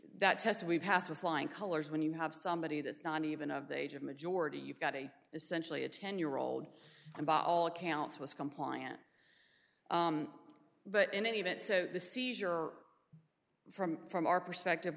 that test we've passed with flying colors when you have somebody that's not even of the age of majority you've got a essentially a ten year old and bought all accounts was compliant but in any event so the seizure from from our perspective